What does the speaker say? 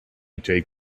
take